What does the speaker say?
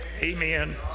Amen